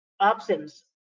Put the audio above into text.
absence